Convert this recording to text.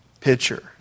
picture